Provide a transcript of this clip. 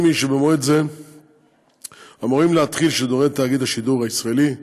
היא שבמועד זה אמורים להתחיל שידורי תאגיד השידור הישראלי,